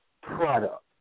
product